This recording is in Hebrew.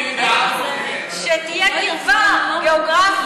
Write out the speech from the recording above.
לתבוע מהם, הם לא, שתהיה קרבה גאוגרפית.